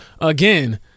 again